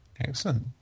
Excellent